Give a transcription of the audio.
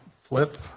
flip